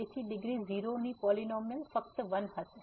તેથી ડિગ્રી 0 ની પોલીનોમીઅલ ફક્ત 1 હશે